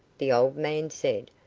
the old man said.